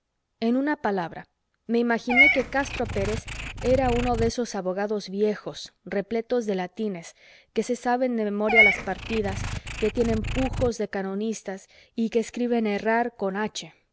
en una palabra me imaginé que castro pérez era uno de esos abogados viejos repletos de latines que se saben de memoria las partidas que tienen pujos de canonistas y que escriben errar con h